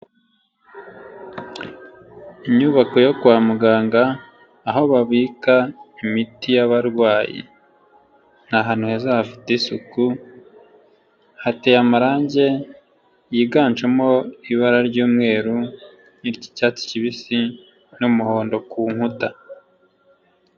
Inyubako yo kwa muganga aho babika imiti yab'abarwayi ni ahantu heza hafite isuku, hateye amarangi yiganjemo ibara ry'umweru n'iry'icyatsi kibisi n'umuhondo ku nkuta.